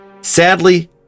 Sadly